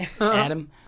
Adam